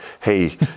hey